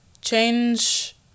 Change